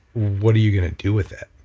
what are you going to do with it?